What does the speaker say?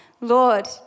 Lord